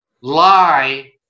lie